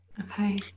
Okay